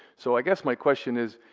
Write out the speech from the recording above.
so i guess my question is,